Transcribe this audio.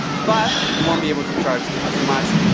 but you won't be able to charge as much,